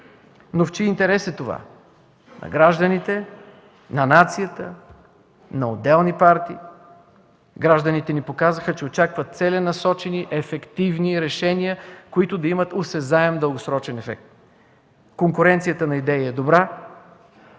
Но в чий интерес е това – на гражданите, на нацията, на отделни партии? Гражданите ни показаха, че очакват целенасочени ефективни решения, които да имат осезаем дългосрочен ефект. Конкуренцията на идеи е добра,